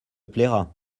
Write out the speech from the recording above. plaira